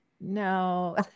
no